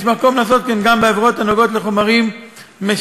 יש מקום לעשות כן גם בעבירות הנוגעות לחומרים משכרים,